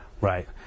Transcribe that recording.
right